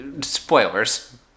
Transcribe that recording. spoilers